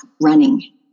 running